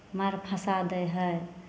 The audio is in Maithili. मारि फँसा दै हइ